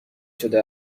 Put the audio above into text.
شده